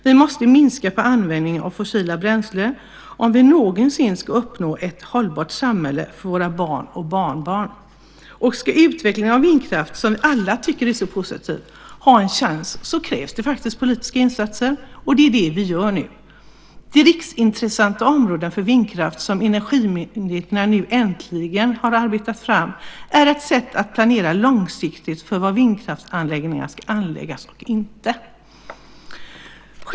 Vi måste minska på användningen av fossila bränslen om vi någonsin ska uppnå ett hållbart samhälle för våra barn och barnbarn. Och om utvecklingen av vindkraften, som vi alla tycker är positiv, ska ha en chans krävs det politiska insatser, och det är det som vi nu gör. De riksintressanta områdena för vindkraft, som Energimyndigheten nu äntligen arbetat fram, är ett sätt att planera långsiktigt för var vindkraftsanläggningar ska anläggas och inte anläggas.